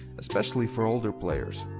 especially for older players.